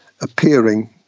appearing